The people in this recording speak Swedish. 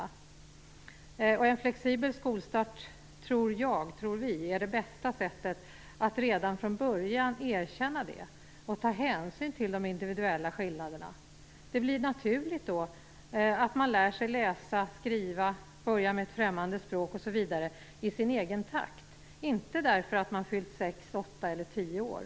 Vi tror att en flexibel skolstart är det bästa sättet att redan från början erkänna detta och ta hänsyn till de individuella skillnaderna. Det blir då naturligt att man lär sig läsa, skriva, börja med ett främmande språk osv. i sin egen takt; inte för att man fyllt sex, åtta eller tio år.